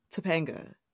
Topanga